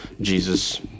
jesus